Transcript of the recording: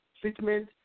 treatment